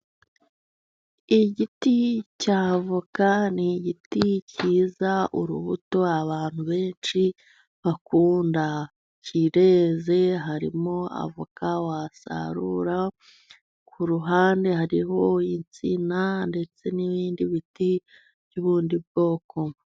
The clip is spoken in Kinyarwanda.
Igiti cy'avoka ni igiti cyiza, urubuto abantu benshi bakunda, kireze harimo avoka wasarura k'uruhande hariho insina ndetse n'ibindi biti by'ubundi bwoko.